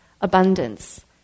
abundance